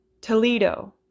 Toledo